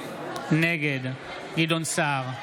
נגד גדעון סער,